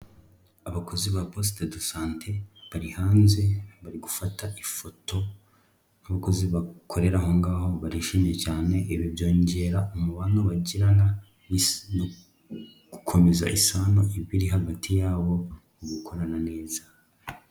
Abakozi ba post de sante bari hanze, bari gufata ifoto nk'abakozi bakorera aho ngaho, barishimiye cyane, ibi byongera umubano bagirana, no gukomeza isano iba iri hagati yabo, mu gukorana neza.